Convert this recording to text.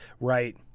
Right